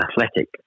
athletic